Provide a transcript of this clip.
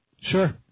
Sure